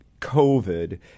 COVID